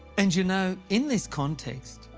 and, you know, in this context,